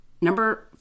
number